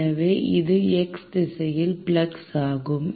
எனவே இது x திசையில் ஃப்ளக்ஸ் ஆகும்